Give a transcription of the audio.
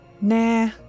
Nah